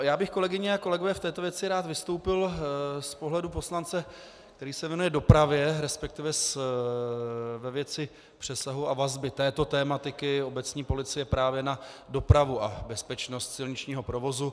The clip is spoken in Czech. Já bych, kolegyně a kolegové, v této věci rád vystoupil z pohledu poslance, který se věnuje dopravě, respektive ve věci přesahu a vazby této tematiky obecní policie právě na dopravu a bezpečnost silničního provozu.